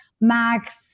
Max